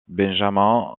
benjamin